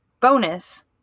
Bonus